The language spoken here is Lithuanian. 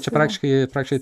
čia praktiškai praktiš